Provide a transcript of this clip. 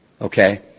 okay